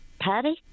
Patty